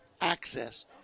access